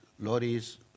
lorries